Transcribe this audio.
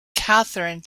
katherine